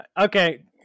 Okay